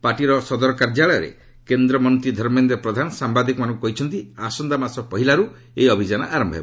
ପାର୍ଟିର ସଦର କାର୍ଯ୍ୟାଳୟରେ କେନ୍ଦ୍ରମନ୍ତ୍ରୀ ଧର୍ମେନ୍ଦ୍ର ପ୍ରଧାନ ସାୟାଦିକମାନଙ୍କୁ କହିଛନ୍ତି ଆସନ୍ତାମାସ ପହିଲାରୁ ଏହି ଅଭିଯାନ ଆରମ୍ଭ ହେବ